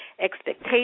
expectations